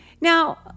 Now